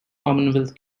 commonwealth